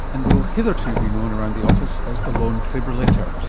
and will hitherto be known around the office as the lone fibrillator.